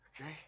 Okay